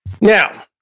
Now